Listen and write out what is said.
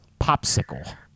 popsicle